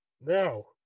Now